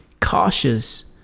cautious